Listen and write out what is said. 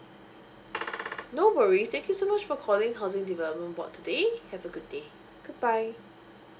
no worries thank you so much for calling housing development board today have a good day goodbye